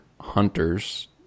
hunters